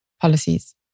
policies